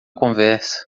conversa